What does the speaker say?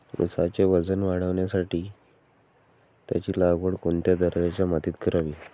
ऊसाचे वजन वाढवण्यासाठी त्याची लागवड कोणत्या दर्जाच्या मातीत करावी?